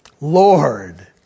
lord